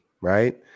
right